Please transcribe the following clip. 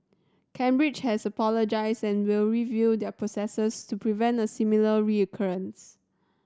Cambridge has apologised and will review their processes to prevent a similar recurrence